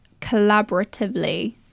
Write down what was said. collaboratively